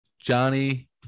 Johnny